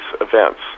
events